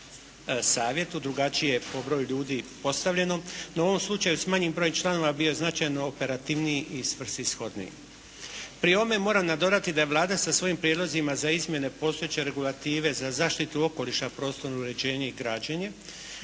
drugačije po broju ljudi postavljenom. No, u ovom slučaju smanjen broj članova bio je značajno operativniji i svrsishodniji. Pri ovome moram nadodati da je Vlada sa svojim prijedlozima za izmjene postojeće regulative za zaštitu okoliša, prostorno uređenje i građenje